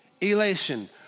elation